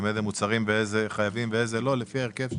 איזה יצרנים ואיזה חייבים ואיזה לא לפי ההרכב שלהם.